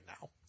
now